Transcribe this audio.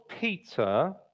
Peter